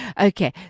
Okay